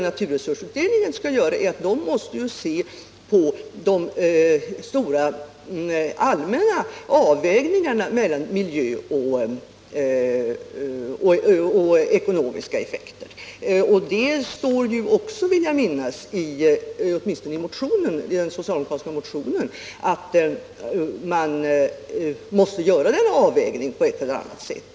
Naturresursoch miljöutredningen skall se på de stora allmänna avvägningarna mellan miljöoch ekonomiska effekter. Det står också, vill jag minnas, i den socialdemokratiska reservationen att man måste göra denna avvägning på ett eller annat sätt.